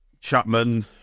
Chapman